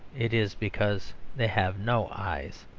it is because they have no eyes.